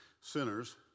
sinners